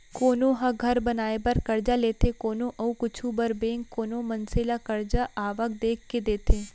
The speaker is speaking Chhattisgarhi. कोनो ह घर बनाए बर करजा लेथे कोनो अउ कुछु बर बेंक कोनो मनसे ल करजा आवक देख के देथे